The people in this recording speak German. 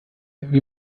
wie